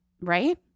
right